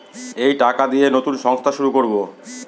এই টাকা দিয়ে নতুন সংস্থা শুরু করবো